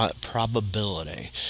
probability